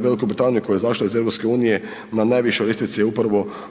Veliku Britaniju koja je izašla iz EU na najvišoj ljestvici upravo